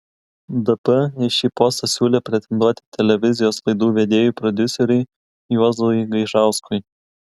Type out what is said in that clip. dp į šį postą siūlė pretenduoti televizijos laidų vedėjui prodiuseriui juozui gaižauskui